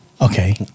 Okay